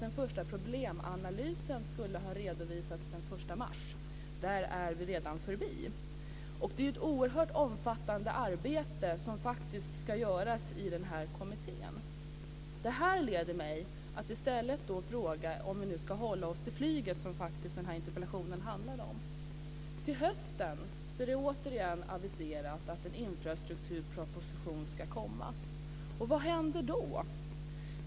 Den första problemanalysen skulle nämligen ha redovisats den 1 mars. Det har vi redan passerat. Det är ju ett oerhört omfattande arbete som faktiskt ska göras i denna kommitté. Detta leder mig att i stället ställa en fråga, om vi nu ska hålla oss till flyget som denna interpellation faktiskt handlar om. Till hösten har man återigen aviserat att en infrastrukturproposition ska läggas fram. Vad händer då?